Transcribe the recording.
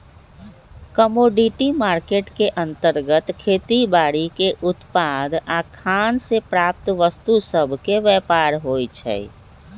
commodity market के अंतर्गत खेती बाड़ीके उत्पाद आऽ खान से प्राप्त वस्तु सभके व्यापार होइ छइ